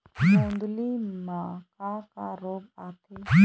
गोंदली म का का रोग आथे?